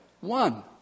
One